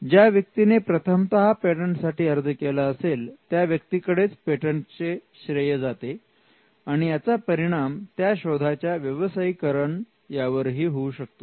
ज्या व्यक्तीने प्रथमतः पेटंटसाठी अर्ज केला असेल त्या व्यक्तीकडेच पेटंटचे श्रेय जाते आणि याचा परिणाम त्या शोधाच्या व्यवसायीकरण यावर ही होऊ शकतो